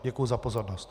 Děkuji za pozornost.